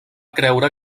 creure